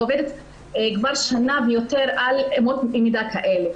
ועובדת כבר שנה ויותר על אמות מידה כאלה.